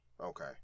Okay